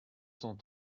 cent